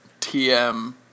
TM